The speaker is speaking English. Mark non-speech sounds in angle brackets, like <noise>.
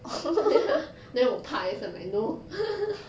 <laughs> ya then 我怕 that's why I'm like no <laughs>